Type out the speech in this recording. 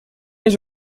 his